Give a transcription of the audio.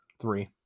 Three